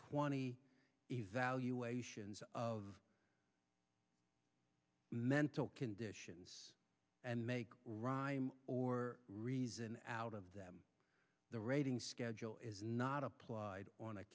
twenty evaluations of mental conditions and make raw or reason out of them the rating schedule is not applied on a